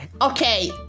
Okay